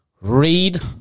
Read